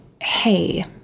Hey